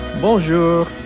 Bonjour